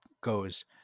goes